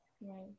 Right